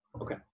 Okay